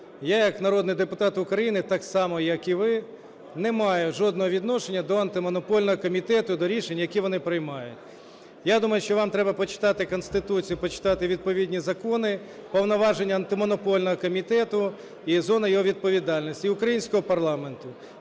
я як народний депутат України так само, як і ви, не маю жодного відношення до Антимонопольного комітету, до рішень, які вони приймають. Я думаю, що вам треба почитати Конституцію, почитати відповідні закони, повноваження Антимонопольного комітету і зони його відповідальності, і українського парламенту,